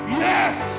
yes